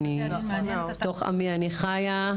ובתוך עמי אני חייה.